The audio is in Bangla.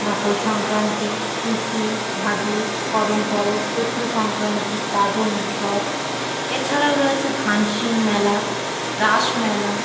মকর সংক্রান্তি টুসু ভাদু করম পরব চৈত্র সংক্রান্তি গাজন উৎসব এছাড়াও রয়েছে ভানসিং মেলা রাস মেলা